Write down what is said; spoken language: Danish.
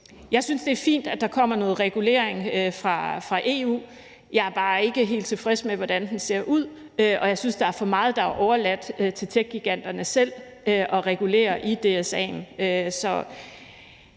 Jeg synes, det er fint, at der kommer noget regulering fra EU. Jeg er bare ikke helt tilfreds med, hvordan den ser ud, og jeg synes, der er for meget, der er overladt til techgiganterne selv at regulere i DSA'en.